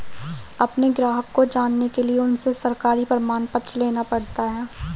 अपने ग्राहक को जानने के लिए उनसे सरकारी प्रमाण पत्र लेना पड़ता है